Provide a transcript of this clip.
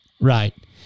Right